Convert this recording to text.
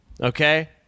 okay